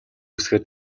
үсгээр